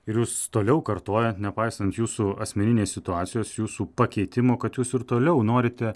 ir jūs toliau kartojat nepaisant jūsų asmeninės situacijos jūsų pakeitimo kad jūs ir toliau norite